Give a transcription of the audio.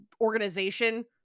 organization